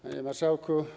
Panie Marszałku!